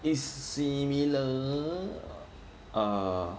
it's similar err